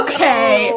Okay